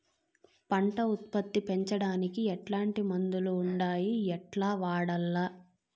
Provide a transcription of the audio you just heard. పంట ఉత్పత్తి పెంచడానికి ఎట్లాంటి మందులు ఉండాయి ఎట్లా వాడల్ల?